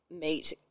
meet